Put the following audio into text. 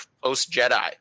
Post-Jedi